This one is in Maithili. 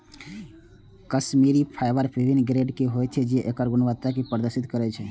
कश्मीरी फाइबर विभिन्न ग्रेड के होइ छै, जे एकर गुणवत्ता कें प्रदर्शित करै छै